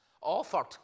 offered